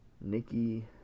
Nikki